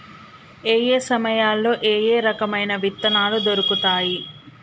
ఏయే సమయాల్లో ఏయే రకమైన విత్తనాలు దొరుకుతాయి?